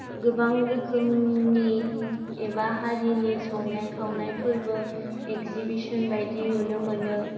गोबां रोखोमनि एबा हारिनि संनाय खावनायफोरबो एग्जिबिसन बायदि नुनो मोनो